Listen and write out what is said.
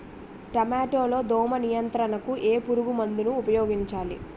టమాటా లో దోమ నియంత్రణకు ఏ పురుగుమందును ఉపయోగించాలి?